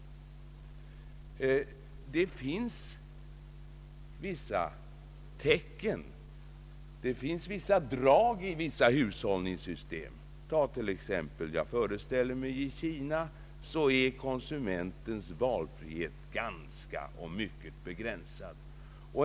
Det finns drag av en styrning av detta slag när det gäller konsumtionen i vissa hushållningssystem. Jag föreställer mig t.ex. att i Kina konsumentens valfrihet är mycket begränsad.